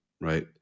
right